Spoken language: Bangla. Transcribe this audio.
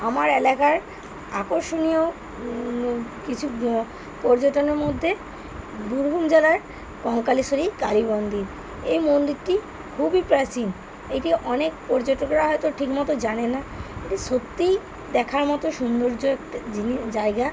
আমার এলাকার আকর্ষণীয় কিছু পর্যটনের মধ্যে বীরভূম জেলার কল্যানেশ্বরী কালী মন্দির এই মন্দিরটি খুবই প্রাচীন এটি অনেক পর্যটকরা হয়তো ঠিক মতো জানে না এটি সত্যিই দেখার মতো সুন্দর্য একটা জায়গা